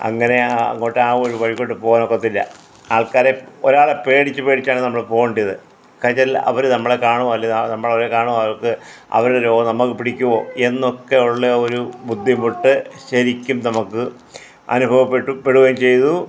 അങ്ങനെ ആ അങ്ങോട്ടാണ് ആ ഒരു വഴിക്കോട്ട് പോകാനൊക്കത്തില്ല ആൾക്കാരെ ഒരാളെ പേടിച്ച് പേടിച്ചാണ് നമ്മൾ പോകേണ്ടിയത് കാരണോച്ചാൽ അവർ നമ്മളെ കാണുവോ അല്ലെങ്കിൽ നമ്മൾ അവരെ കാണുവോ അവർക്ക് അവരുടെ രോഗം നമുക്ക് പിടിക്കുമോ എന്നൊക്കെ ഉള്ള ഒരു ബുദ്ധിമുട്ട് ശരിക്കും നമുക്ക് അനുഭവപ്പെട്ട് പെടുകയും ചെയ്തു